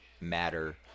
matter